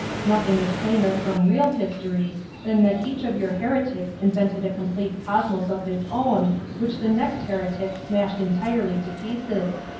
nothing is plainer from real history than that each of your heretics invented a complete cosmos of his own which the next heretic smashed entirely to pieces.